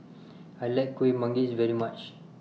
I like Kuih Manggis very much